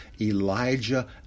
Elijah